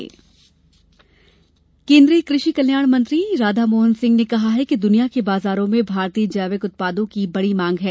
जैविक कृषि सम्मेलन केन्द्रीय कृषि कल्याण मंत्री राधामोहन सिंह ने कहा है कि दुनिया के बाजारों में भारतीय जैविक उत्पादों की बड़ी मांग है